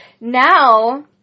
Now